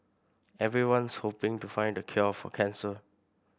everyone's hoping to find the cure for cancer